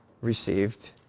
received